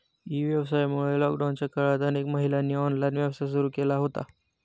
E व्यवसायामुळे लॉकडाऊनच्या काळात अनेक महिलांनी ऑनलाइन व्यवसाय सुरू केला होता